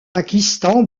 pakistan